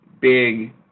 big